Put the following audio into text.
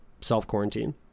self-quarantine